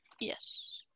yes